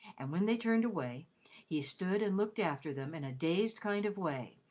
and when they turned away he stood and looked after them in a dazed kind of way,